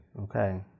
Okay